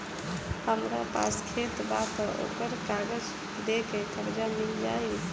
हमरा पास खेत बा त ओकर कागज दे के कर्जा मिल जाई?